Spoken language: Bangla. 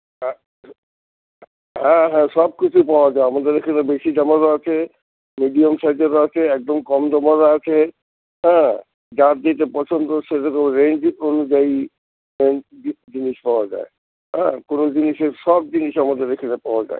হ্যাঁ হ্যাঁ সব কিছু পাওয়া যায় আমাদের এখানে বেশি দামেরও আছে মিডিয়াম সাইজেরও আছে একদম কম দামেরও আছে হ্যাঁ যার যেইটা পছন্দ সেরকম রেঞ্জ অনুযায়ী সেম জি জিনিস পাওয়া যায় হ্যাঁ কোনো জিনিসের সব জিনিস আমাদের এখানে পাওয়া যায়